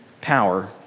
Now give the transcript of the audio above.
power